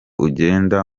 ugenda